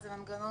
היה אתמול